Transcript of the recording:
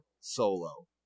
solo